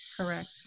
correct